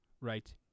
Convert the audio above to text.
right